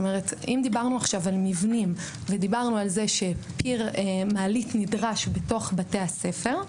אם דיברנו עכשיו על מבנים ודיברנו על כך שנדרש פיר מעלית בתוך בתי הספר,